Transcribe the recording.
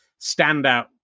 standout